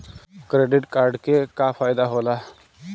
Credit card के का फायदा होला?